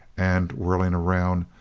and, whirling round,